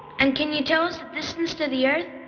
and can you tell us the distance to the earth?